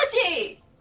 technology